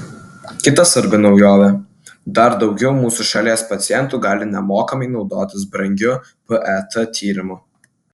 kita svarbi naujovė dar daugiau mūsų šalies pacientų gali nemokamai naudotis brangiu pet tyrimu